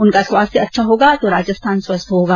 उनका स्वास्थ्य अच्छा होगा तो राजस्थान स्वस्थ्य होगा